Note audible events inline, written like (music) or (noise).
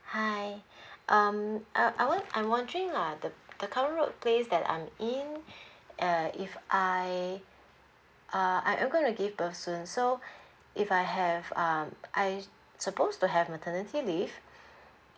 hi (breath) um I I won~ I'm wondering uh the the current place that I'm in uh if I uh I'm going to give birth soon so (breath) if I have um I supposed to have maternity leave